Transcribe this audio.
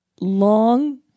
Long